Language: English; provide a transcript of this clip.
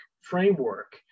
framework